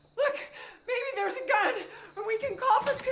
look maybe there's a gun and we can call